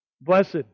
Blessed